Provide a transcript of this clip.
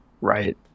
right